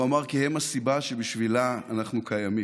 והוא אמר: כי הם הסיבה שבשבילה אנחנו קיימים.